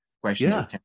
questions